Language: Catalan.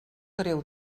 greu